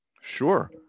sure